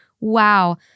Wow